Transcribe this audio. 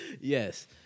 Yes